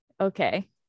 Okay